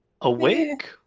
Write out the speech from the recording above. Awake